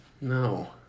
No